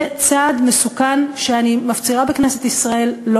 זה צעד מסוכן שאני מפצירה בכנסת ישראל לא